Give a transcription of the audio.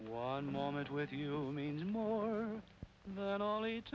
one moment with you mean more knowledge